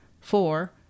four